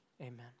amen